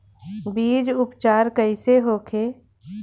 बीज उपचार कइसे होखे?